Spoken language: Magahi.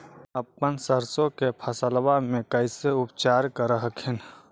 अपन सरसो के फसल्बा मे कैसे उपचार कर हखिन?